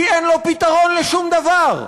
כי אין לו פתרון לשום דבר.